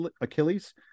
Achilles